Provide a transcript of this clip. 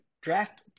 draft